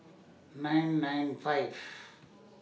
nine nine five